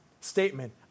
statement